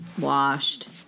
washed